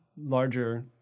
larger